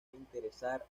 interesar